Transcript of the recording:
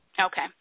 Okay